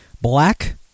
Black